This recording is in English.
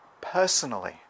personally